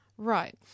Right